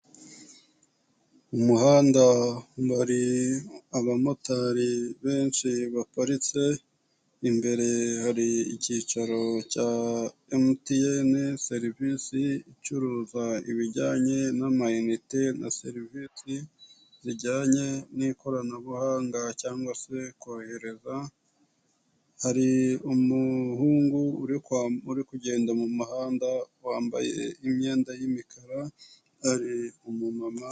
Umuhanda, hari abamotari benshi baparitse, imbere hari icyicaro cya MTN serivisi icuruza ibijyanye n'amayinite na serivisi zijyanye n'ikoranabuhanga cyangwa se kohereza, hari umuhungu uri kugenda mu muhanda wambaye imyenda y'imikara, hari umumama.